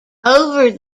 over